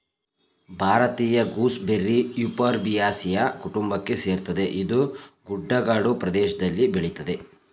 ಭಾರತೀಯ gooseberry euphorbiaceae ಕುಟುಂಬಕ್ಕೆ ಸೇರ್ತದೆ ಇದು ಗುಡ್ಡಗಾಡು ಪ್ರದೇಷ್ದಲ್ಲಿ ಬೆಳಿತದೆ